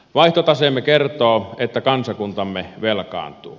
vaihtotaseemme kertoo että kansakuntamme velkaantuu